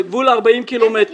זה גבול 40 קילומטרים.